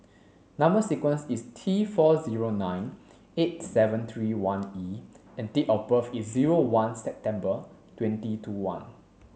number sequence is T four zero nine eight seven three one E and date of birth is zero one September twenty two one